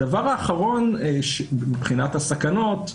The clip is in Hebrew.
הדבר האחרון מבחינת הסכנות,